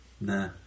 Nah